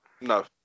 No